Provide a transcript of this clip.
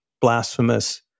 blasphemous